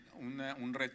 un